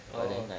oh